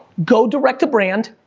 go direct to brand,